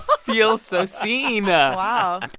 feel so seen wow